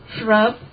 shrub